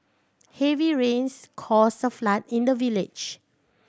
heavy rains caused a flood in the village